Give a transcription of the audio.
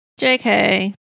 JK